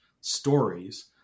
stories